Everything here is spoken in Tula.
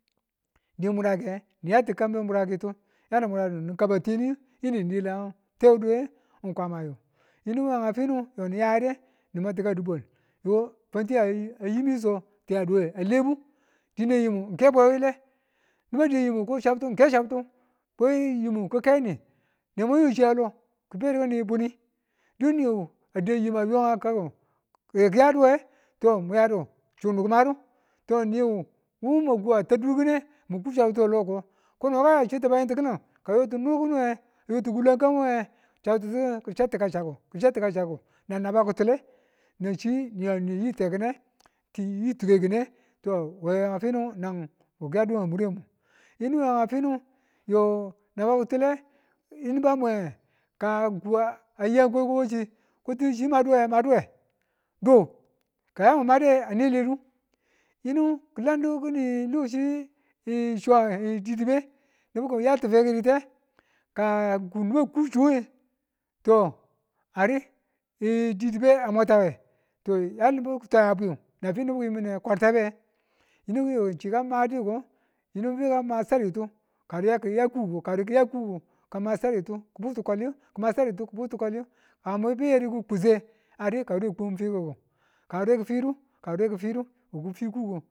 Di murake, niyatu kambe muraketu yani buradu ni kabateni yeni ni dela tewuduwe Kwamayu yinu we nga finu yoni yayade ni mwetika di̱bwal niko fantiya yimi so ti yaduwe alebu dine yimu ng keda wile niba dau yimu ko chabtu ng ke chabtu, yimu ki̱ kaini ne mwa yoshi we lo ki̱bedu ki̱ni buni dukniwu a da yimu a yo a kaku ki̱ yaduwe mu yadu chunu ki̱ madu, to niwu wu mwaku a tan dur kune muku chabtitu we loko kono ka ya chi̱ti̱ bayintikilin, ka yoti nurkunewe ayoti ki̱wulankịwe ki chabti ka chakku ki̱ chattika chakku nan naba ki̱tule nan chi̱ niye nwe yi teki̱ne ti yi tukekịne to we nga finu nan we ki̱yadu we mureng yinu nan a finu yo naba ki̱tule yi ni̱ba mwe nge ka muku ayiko wachi tɨtuchi ko maduwe maduwe du ka yamu made ane ledu yinu ki̱ landu ki̱ni loshe chuwange didibe nubu ki̱ya ki̱fekiti ka nku niba ku chuwe to ari didibe a mwatawe to ya nibu ki̱twaya bwi manfinibu ki̱ yi mine kwaratabe yinu yo chi ka madu yiko yinu ka ma chariyu kawure ki̱ yakuko kima saritu ki̱butu twaliyu, ki̱ma saritu ku butu kwaliyu ka mwe be yari ko kusse am kawure ki̱kun fiki̱ku, kawure ki̱ fidu, kawure ki̱fidu ki̱fi kuko.